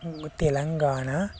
Telangana